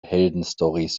heldenstorys